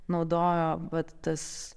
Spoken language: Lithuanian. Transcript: naudojo vat tas